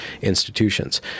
institutions